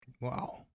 Wow